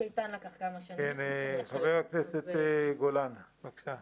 חבר הכנסת גולן, בבקשה.